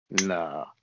Nah